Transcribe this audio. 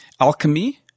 alchemy